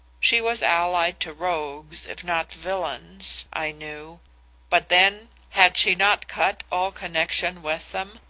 she was allied to rogues if not villains, i knew but then had she not cut all connection with them,